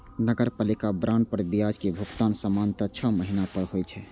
नगरपालिका बांड पर ब्याज के भुगतान सामान्यतः छह महीना पर होइ छै